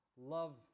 Love